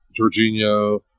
Jorginho